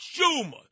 Schumer